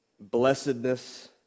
Blessedness